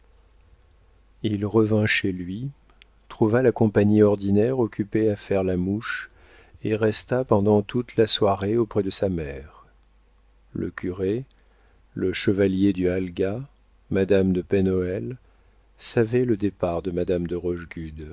il revint chez lui trouva la compagnie ordinaire occupée à faire la mouche et resta pendant toute la soirée auprès de sa mère le curé le chevalier du halga mademoiselle de pen hoël savaient le départ de madame de